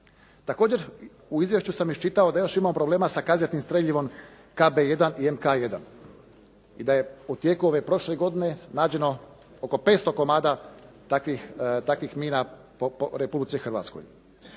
Također, u izvješću sam iščitao da još imamo problema sa kazetnim streljivom KB1 i MK1 i da je u tijeku ove prošle godine nađeno oko 500 komada takvih mina po Republici Hrvatskoj.